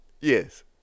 Yes